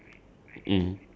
simple and boring ah